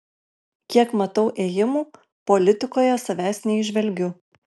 kiek matau ėjimų politikoje savęs neįžvelgiu